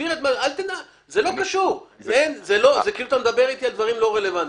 זה כאילו שאתה מדבר אתי על דברים לא רלוונטיים.